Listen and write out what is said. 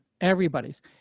everybody's